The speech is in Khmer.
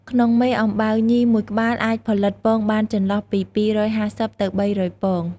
ក្នុងមេអំបៅញីមួយក្បាលអាចផលិតពងបានចន្លោះពី២៥០ ទៅ៣០០ពង។